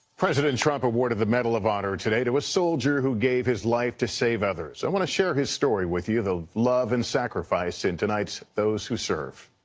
president trump awarded the medal of honor today to a soldier who gave his life to save others. i want to share his story with you, the love and sacrifice in tonight's those who serve.